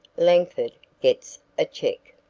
langford gets a check.